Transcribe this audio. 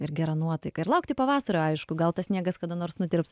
ir gera nuotaika ir laukti pavasario aišku gal tas sniegas kada nors nutirps